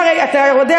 מי?